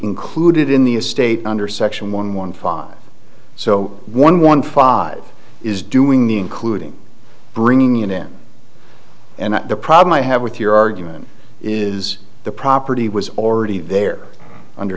included in the estate under section one one five so one one five is doing the including bringing in em and the problem i have with your argument is the property was already there under